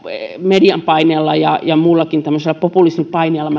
median paineella ja ja muullakin tämmöisellä populismipaineella